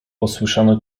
posłyszano